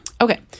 Okay